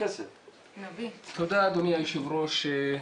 אדוני היושב ראש,